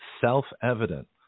self-evident